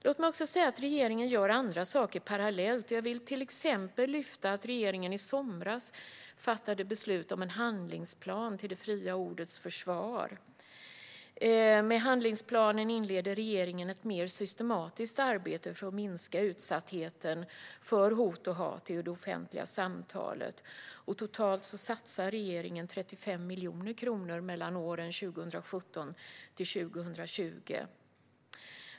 Låt mig också säga att regeringen gör andra saker parallellt. Jag vill till exempel lyfta fram att regeringen i somras fattade beslut om en handlingsplan till det fria ordets försvar. Med handlingsplanen inleder regeringen ett mer systematiskt arbete för att minska utsattheten för hot och hat i det offentliga samtalet. Totalt satsar regeringen 35 miljoner kronor under åren 2017-2020.